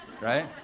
Right